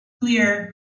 clear